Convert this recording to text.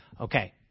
Okay